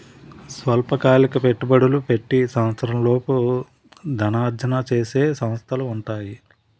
స్వల్పకాలిక పెట్టుబడులు పెట్టి సంవత్సరంలోపు ధనార్జన చేసే సంస్థలు ఉంటాయి